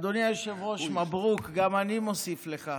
אדוני היושב-ראש, מברוכ, גם אני מוסיף לך.